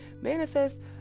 manifest